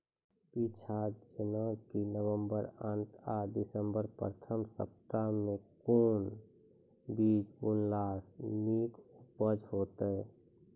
पीछात जेनाकि नवम्बर अंत आ दिसम्बर प्रथम सप्ताह मे कून बीज बुनलास नीक उपज हेते?